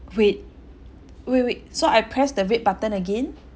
wait wait wait so I press the red button again